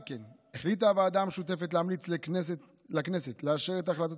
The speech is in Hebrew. על כן החליטה הוועדה המשותפת להמליץ לכנסת לאשר את החלטת